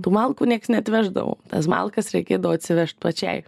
tų malkų nieks neatveždavo tas malkas reikėdavo atsivežt pačiai